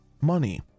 money